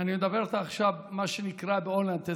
אני אדבר איתך עכשיו מה שנקרא באונליין.